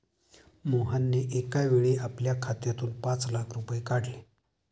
मोहनने एकावेळी आपल्या खात्यातून पाच लाख रुपये काढले